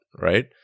right